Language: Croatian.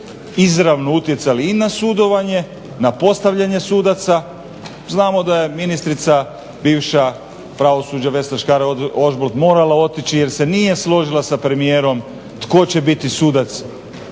izravno utjecali i na sudovanje, na postavljanje sudaca, znamo da je ministrica bivša pravosuđa Vesna Škare-Ožbolt morala otići jer se nije složila sa premijerom tko će biti sudac